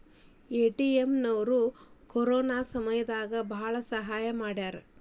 IMF ನವ್ರು corona ಸಮಯ ದಾಗ ಭಾಳ ಸಹಾಯ ಮಾಡ್ಯಾರ